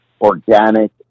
organic